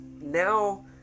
Now